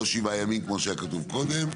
לא שבעה ימים כמו שהיה כתוב קודם,